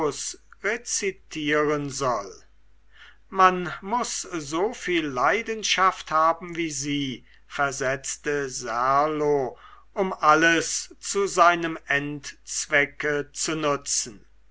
rezitieren soll man muß so viel leidenschaft haben wie sie versetzte serlo um alles zu seinem endzwecke zu nutzen